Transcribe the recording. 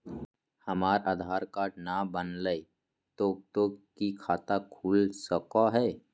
हमर आधार कार्ड न बनलै तो तो की खाता खुल सको है?